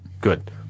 good